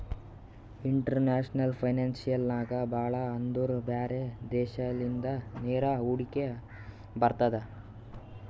international finance ನಾಗ್ ಭಾಳ ಅಂದುರ್ ಬ್ಯಾರೆ ದೇಶಲಿಂದ ನೇರ ಹೂಡಿಕೆ ಬರ್ತುದ್